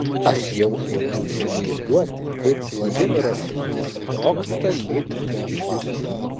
aš jau ėmiau įsivaizduoti kaip vladimiro širdis sprogsta lyg bomba